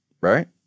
Right